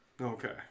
Okay